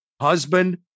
husband